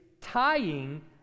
tying